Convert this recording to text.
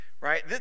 Right